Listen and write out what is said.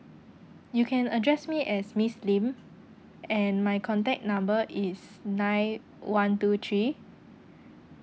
you can address me as miss lim and my contact number is nine one two three